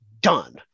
done